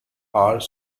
are